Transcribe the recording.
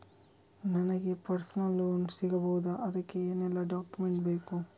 ನನಗೆ personal loan ಸಿಗಬಹುದ ಅದಕ್ಕೆ ಏನೆಲ್ಲ ಡಾಕ್ಯುಮೆಂಟ್ ಬೇಕು?